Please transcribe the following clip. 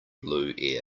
blue